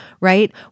right